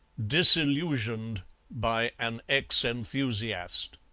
disillusioned by an ex-enthusiast